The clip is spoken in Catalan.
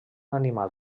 animal